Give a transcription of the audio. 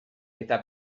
eta